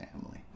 family